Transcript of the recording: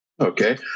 Okay